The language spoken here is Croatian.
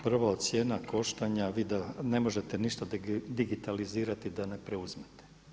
Prvo, cijena koštanja, vi da, ne možete ništa digitalizirati a da ne preuzmete.